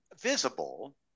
visible